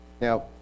now